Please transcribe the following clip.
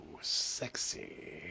sexy